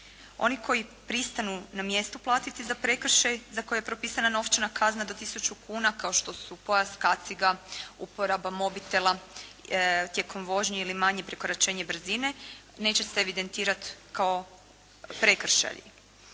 Oni koji pristanu na mjestu platiti za prekršaj za koji je propisana novčana kazna do 1000 kuna kao što su pojas, kaciga, uporaba mobitela tijekom vožnje ili manje prekoračenje brzine neće se evidentirati kao prekršaji.